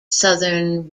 southern